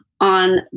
On